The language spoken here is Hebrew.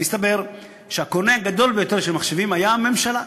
מסתבר שהקונה הגדול ביותר של מחשבים היה הממשלה.